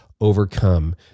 overcome